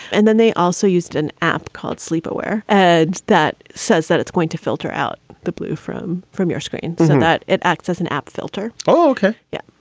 and then they also used an app called sleepwear ads that says that it's going to filter out the blue from from your screen so that it acts as an app filter. oh, okay. yeah.